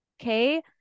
Okay